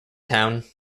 town